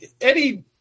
Eddie